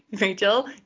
Rachel